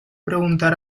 preguntar